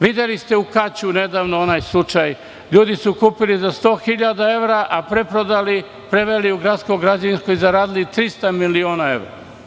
Videli ste u Kaću nedavno onaj slučaj, ljudi su kupili za sto hiljada evra, a preprodali, preveli u gradsko građevinsko i zaradili trista miliona evra.